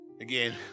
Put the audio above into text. again